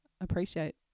appreciate